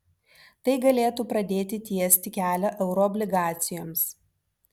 tai galėtų pradėti tiesti kelią euroobligacijoms